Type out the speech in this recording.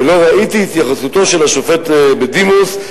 ולא ראיתי את התייחסותו של השופט בדימוס,